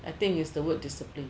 I think is the word discipline